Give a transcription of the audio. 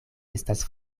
estas